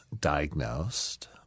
diagnosed